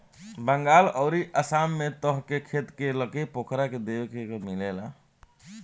बंगाल अउरी आसाम में त हर खेत के लगे पोखरा देखे के मिलेला